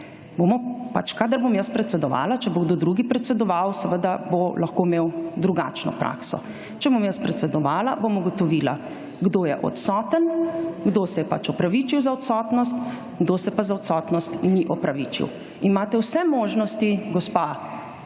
pač, kadar bom jaz predsedovala, če bo kdo drug predsedoval, seveda, bo lahko imel drugačno prakso. Če bom jaz predsedovala bom ugotovila kdo je odsoten, kdo se je pač opravičil za odsotnost, kdo se pa za odsotnost ni opravičil. Imate vse možnosti, gospa